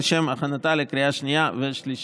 לשם הכנתה לקריאה שנייה ושלישית.